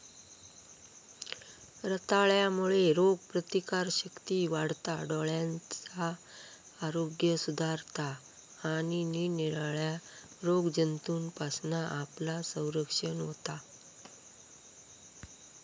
रताळ्यांमुळे रोगप्रतिकारशक्ती वाढता, डोळ्यांचा आरोग्य सुधारता आणि निरनिराळ्या रोगजंतूंपासना आपला संरक्षण होता